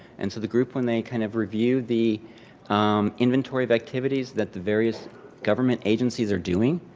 and so, the group, when they kind of reviewed the inventory of activities that the various government agencies are doing,